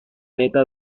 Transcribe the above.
aleta